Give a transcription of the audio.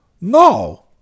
No